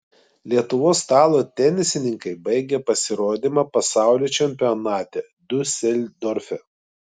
lietuvos stalo tenisininkai baigė pasirodymą pasaulio čempionate diuseldorfe